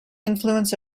influence